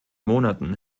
monaten